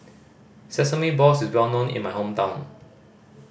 sesame balls is well known in my hometown